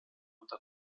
unter